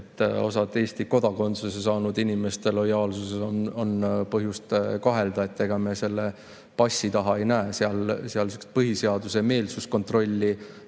osa Eesti kodakondsuse saanud inimeste lojaalsuses on põhjust kahelda. Ega me selle passi taha ei näe. Seal sellist põhiseaduse meelsuskontrolli